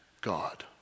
God